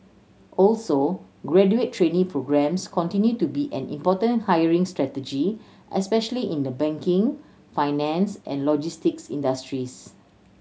also graduate trainee programmes continue to be an important hiring strategy especially in the banking finance and logistics industries